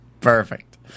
Perfect